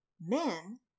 Men